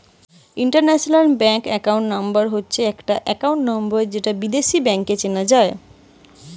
international bank account number হতিছে গটে account number যৌটা বিদেশী ব্যাংকে চেনা যাই